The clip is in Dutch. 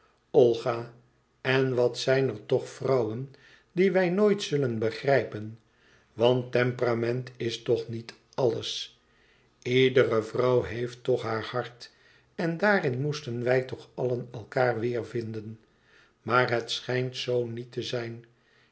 olga en wat zijn er toch vrouwen die wij nooit zullen begrijpen want temperament is toch niet àlles iedere vrouw heeft toch haar hart en daarin moesten wij toch allen elkaâr in weêrvinden maar het schijnt zoo niet te zijn